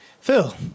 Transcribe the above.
Phil